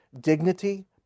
dignity